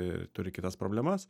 ir turi kitas problemas